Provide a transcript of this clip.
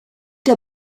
der